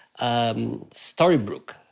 Storybrooke